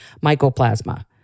mycoplasma